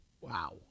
Wow